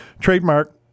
Trademark